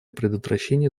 предотвращения